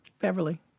Beverly